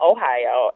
Ohio